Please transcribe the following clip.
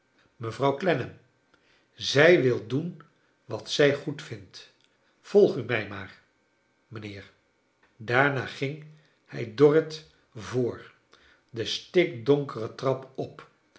mevrouw clennam zij wil doen wat zij goedvindt volg u mij maar mij nheer daarna ging hij dorrit voor de stikdonkere trap op